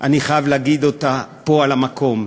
אני חייב להגיד פה, על המקום: